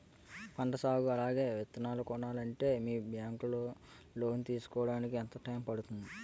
పంట సాగు అలాగే విత్తనాలు కొనాలి అంటే మీ బ్యాంక్ లో లోన్ తీసుకోడానికి ఎంత టైం పడుతుంది?